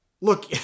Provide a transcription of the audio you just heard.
look